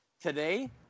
Today